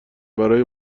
برای